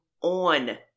on